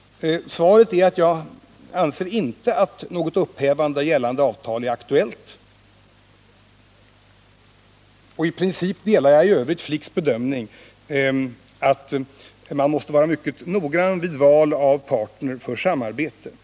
Svaret är att jag inte anser att något upphävande av gällande avtal är aktuellt. I princip delar jag i övrigt ERIKS bedömning att man mäste vara mycket noggrann vid planer på samarval av partner för samarbete.